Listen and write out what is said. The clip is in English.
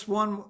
one